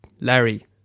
Larry